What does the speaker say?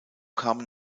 kamen